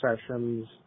sessions